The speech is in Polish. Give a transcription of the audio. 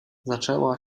zaczęła